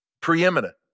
preeminent